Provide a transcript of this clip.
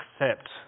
accept